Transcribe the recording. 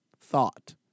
thought